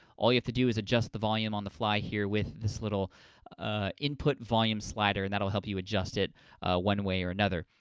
all you have to do is adjust the volume on the fly, here, with this little ah input volume slider and that will help you adjust it one way or another.